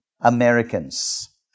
Americans